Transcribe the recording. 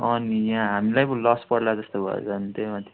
नि यहाँ हामीलाई पो लस पर्ला जस्तो भयो झन् त्यही माथि